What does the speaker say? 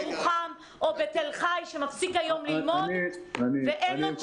ירוחם או בתל חי שמפסיק היום ללמוד ואין לו תשובה.